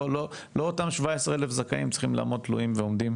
לא אותם 17,000 זכאים צריכים לעמוד תלויים ועומדים